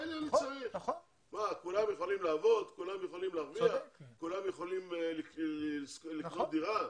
לא כולם יכולים לעבוד ולהרוויח או לקנות דירה.